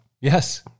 Yes